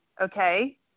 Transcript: okay